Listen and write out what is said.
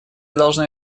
должно